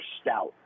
stout